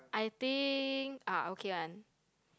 I think I okay [one]